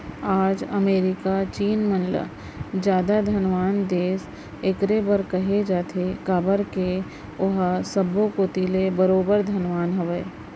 आज अमेरिका चीन मन ल जादा धनवान देस एकरे बर कहे जाथे काबर के ओहा सब्बो कोती ले बरोबर धनवान हवय